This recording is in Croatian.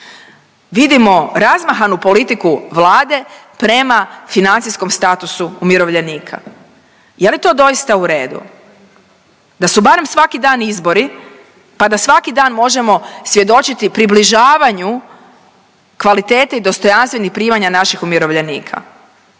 vidimo razmahanu politiku Vlade prema financijskom statusu umirovljenika. Je li to doista u redu? Da su barem svaki dan izbori, pa da svaki dan možemo svjedočiti približavanju kvaliteti i dostojanstvenih primanja naših umirovljenika.